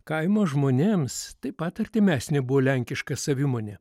kaimo žmonėms taip pat artimesnė buvo lenkiška savimonė